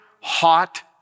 hot